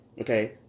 Okay